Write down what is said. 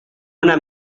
una